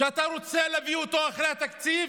שאתה רוצה להביא אחרי התקציב,